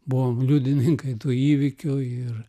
buvom liudininkai tų įvykių ir